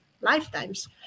lifetimes